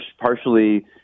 partially